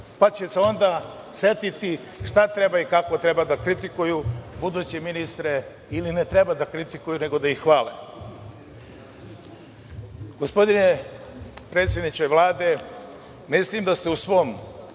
pa će se onda setiti šta treba i kako treba da kritikuju buduće ministre ili ne treba da kritikuju, nego da ih hvale. Gospodine predsedniče Vlade, mislim da ste u svom